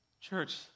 Church